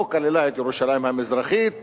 לא כללה את ירושלים המזרחית וכו'